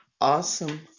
Awesome